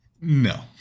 No